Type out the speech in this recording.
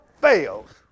fails